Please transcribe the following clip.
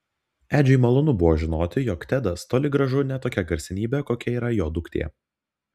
edžiui malonu buvo žinoti jog tedas toli gražu ne tokia garsenybė kokia yra jo duktė